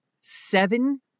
seven